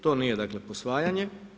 To nije dakle posvajanje.